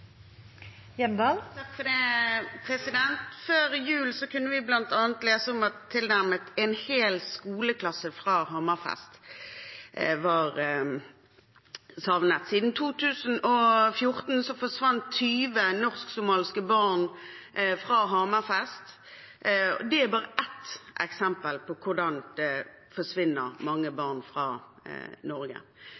Før jul kunne vi bl.a. lese om at tilnærmet en hel skoleklasse fra Hammerfest var savnet. Siden 2014 har 20 norsk-somaliske barn forsvunnet fra Hammerfest. Det er bare ett eksempel på hvordan mange barn forsvinner fra Norge. Nå nærmer det seg sommer, og vi vet at det dessverre er høysesong for at mange